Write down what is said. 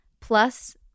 Plus